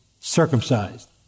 circumcised